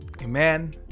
amen